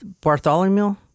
Bartholomew